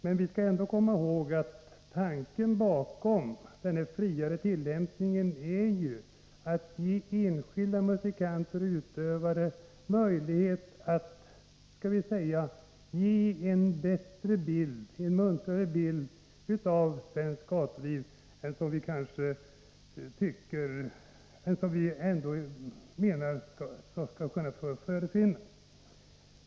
Men vi skall komma ihåg att tanken bakom den friare tillämpningen är att ge enskilda musikanter och utövare möjlighet att skänka svenskt gatuliv en muntrare bild. Vi menar att denna utövning skall kunna få finnas.